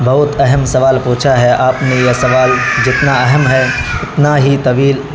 بہت اہم سوال پہنچا ہے آپ نے یہ سوال جتنا اہم ہے اتنا ہی طویل